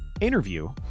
interview